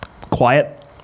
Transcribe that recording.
quiet